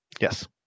Yes